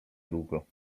długo